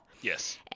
yes